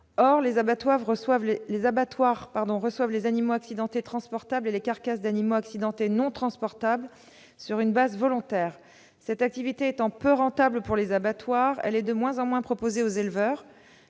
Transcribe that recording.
Or les abattoirs reçoivent les animaux accidentés transportables et les carcasses d'animaux accidentés non transportables sur une base volontaire. Cette activité étant peu rentable pour eux, elle est de moins en moins proposée aux éleveurs.